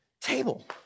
table